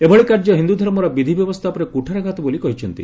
ଏଭଳି କାର୍ଯ୍ୟ ହିନ୍ଦୁ ଧର୍ମର ବିଧିବ୍ୟବସ୍କା ଉପରେ କୁଠାରଘାତ ବୋଲି କହିଛନ୍ତି